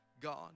God